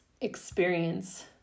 experience